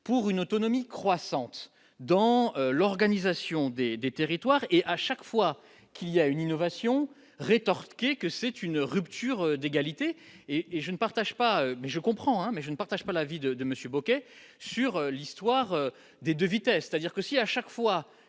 pour une autonomie croissante dans l'organisation des des territoires et à chaque fois qu'il y a une innovation rétorquer que c'est une rupture d'égalité et et je ne partage pas mais je comprends mais je ne partage pas l'avis de de Monsieur Bocquet, sur l'histoire des 2 vitesses, c'est-à-dire que si à chaque fois